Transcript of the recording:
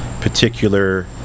particular